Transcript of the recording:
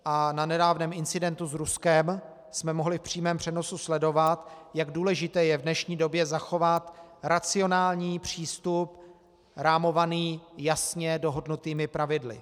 A na nedávném incidentu s Ruskem jsme mohli v přímém přenosu sledovat, jak důležité je v dnešní době zachovat racionální přístup rámovaný jasně dohodnutými pravidly.